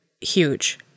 huge